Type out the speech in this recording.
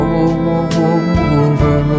over